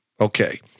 Okay